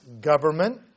government